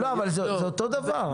לא, אבל זה אותו דבר.